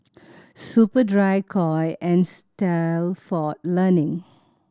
Superdry Koi and Stalford Learning